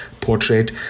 portrait